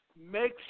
make